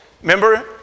Remember